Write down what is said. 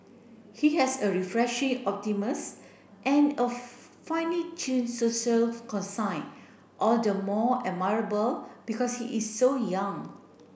he has a refreshing and a finely tuned social all the more admirable because he is so young